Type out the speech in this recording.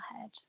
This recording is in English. head